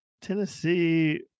Tennessee